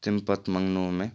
تَمہِ پَتہٕ مَنٛگوو مےٚ